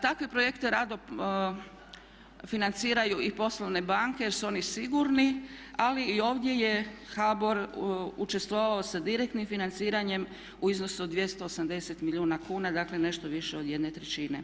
Takve projekte rado financiraju i poslovne banke jer su oni sigurni ali i ovdje je HBOR učestvovao sa direktnim financiranjem u iznosu od 280 milijuna kuna dakle nešto više od jedne trećine.